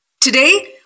Today